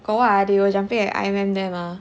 got what ah they were jumping at I_M_M there mah